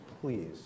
please